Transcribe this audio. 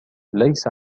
ليس